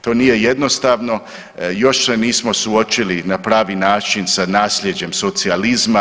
To nije jednostavno, još se nismo suočili na pravi način sa naslijeđem socijalizma.